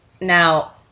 Now